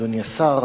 אדוני השר,